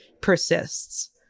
persists